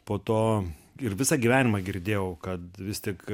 po to ir visą gyvenimą girdėjau kad vis tik